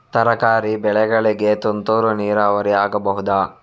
ತರಕಾರಿ ಬೆಳೆಗಳಿಗೆ ತುಂತುರು ನೀರಾವರಿ ಆಗಬಹುದಾ?